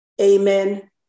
Amen